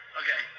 okay